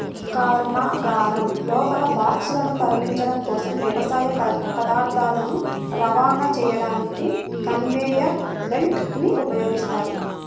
కర్మాగారం లోపల బాక్సులను తరలించడం కోసం, వ్యవసాయ పదార్థాలను రవాణా చేయడానికి కన్వేయర్ బెల్ట్ ని ఉపయోగిస్తారు